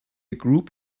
group